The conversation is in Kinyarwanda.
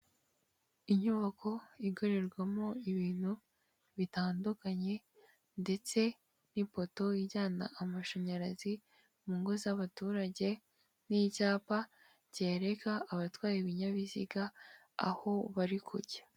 Inyubako ingurirwamo ibintu bitandukanye, ndetse n'ipoto ijyana amashanyarazi mu ngo z'abaturage, n'icyapa kereka abatwaye ibinyabiziga aho bari kujya.